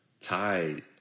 tied